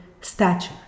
stature